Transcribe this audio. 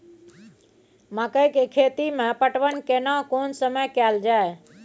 मकई के खेती मे पटवन केना कोन समय कैल जाय?